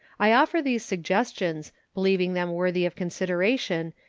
i offer these suggestions, believing them worthy of consideration,